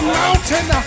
mountain